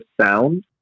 sound